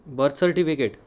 birth certificate